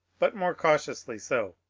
but more cautiously so.